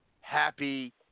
happy